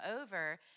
over